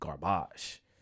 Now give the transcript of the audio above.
garbage